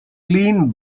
clean